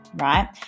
right